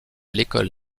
l’école